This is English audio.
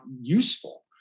useful